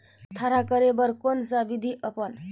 थरहा करे बर कौन सा विधि अपन?